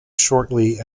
shortly